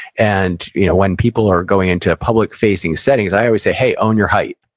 and you know when people are going into public facing settings, i always say, hey, own your height.